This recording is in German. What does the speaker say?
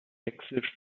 hexe